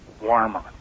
warmer